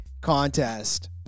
contest